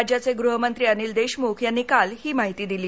राज्याचे गृहमंत्री अनिल देशमुख यांनी काल ही माहिती दिली